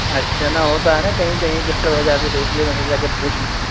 اچھا نہ ہوتا ہے نہ کہیں کہیں دقت ہو جاتی ہے تو اس لیے میں سوچا کہ پوچھ لوں